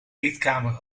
eetkamer